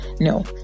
No